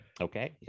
okay